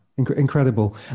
Incredible